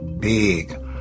big